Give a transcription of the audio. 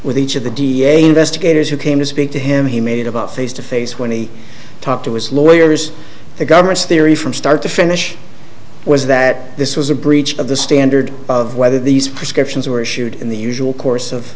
with each of the d a investigators who came to speak to him he made about face to face when he talked to his lawyers the government's theory from start to finish was that this was a breach of the standard of whether these prescriptions were issued in the usual course of